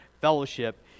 fellowship